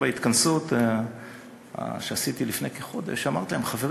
בהתכנסות שעשיתי לפני כחודש אמרתי להם: חברים,